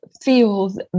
feels